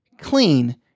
clean